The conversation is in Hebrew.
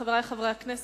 חברי חברי הכנסת,